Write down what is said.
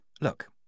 Look